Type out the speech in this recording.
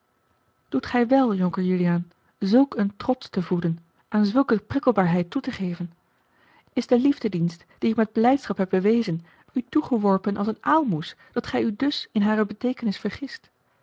doet gij wel jonker juliaan zulk een trots te voeden aan zulke prikkelbaarheid toe te geven is de liefdedienst die ik met blijdschap heb bewezen u toegeworpen als een aalmoes dat gij u dus in hare beteekenis vergist